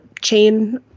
chain